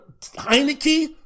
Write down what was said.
Heineke